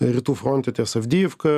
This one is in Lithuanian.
rytų fronte avdijivka